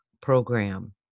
program